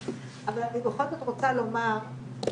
אבל אני בכל זאת רוצה לומר שאני,